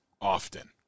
often